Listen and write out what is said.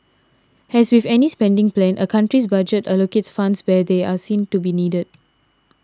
as with any spending plan a country's budget allocates funds where they are seen to be needed